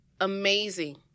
amazing